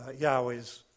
Yahweh's